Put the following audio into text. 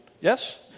Yes